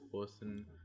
person